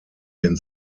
den